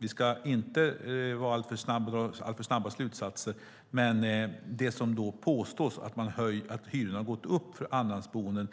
Vi ska inte vara för snabba med att dra några slutsatser, men det som påstås, att hyrorna har gått upp för andrahandsboenden,